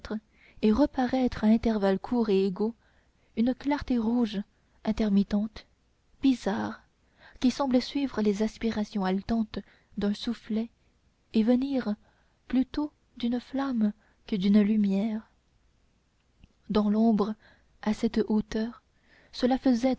et reparaître à intervalles courts et égaux une clarté rouge intermittente bizarre qui semblait suivre les aspirations haletantes d'un soufflet et venir plutôt d'une flamme que d'une lumière dans l'ombre à cette hauteur cela faisait